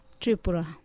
Tripura